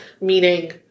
Meaning